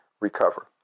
Recover